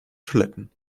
toiletten